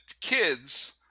kids